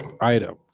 item